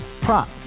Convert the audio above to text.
Prop